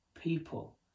people